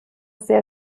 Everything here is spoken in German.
sehr